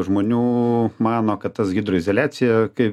žmonių mano kad tas hidroizoliacija kai